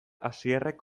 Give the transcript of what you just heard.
asierrek